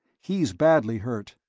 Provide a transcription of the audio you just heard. he's badly hurt.